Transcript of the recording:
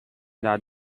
that